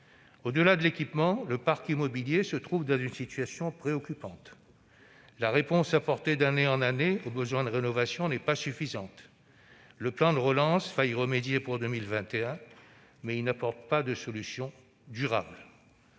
Par ailleurs, le parc immobilier se trouve dans une situation préoccupante. La réponse apportée d'année en année au besoin de rénovation n'est pas suffisante. Le plan de relance remédiera y pour 2021, mais n'apporte pas de solution durable.